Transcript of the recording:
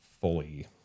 fully